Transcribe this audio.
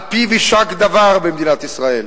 על פיו יישק דבר במדינת ישראל.